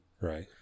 Right